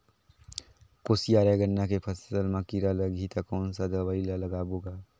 कोशियार या गन्ना के फसल मा कीरा लगही ता कौन सा दवाई ला लगाबो गा?